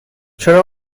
چرا